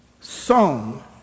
song